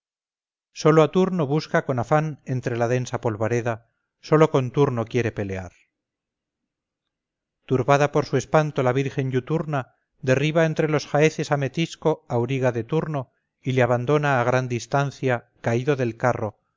sólo a turno busca con afán entre la densa polvareda sólo con turno quiere pelear turbada por su espanto la virgen iuturna derriba entre los jaeces a metisco auriga de turno y le abandona a gran distancia caído del carro